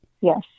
Yes